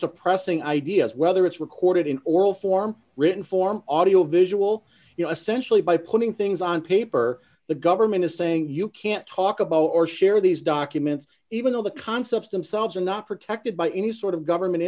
suppressing ideas whether it's recorded in oral form written form audio visual you know essentially by putting things on paper the government is saying you can't talk about or share these documents even though the concepts themselves are not protected by any sort of government